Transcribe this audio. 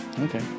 Okay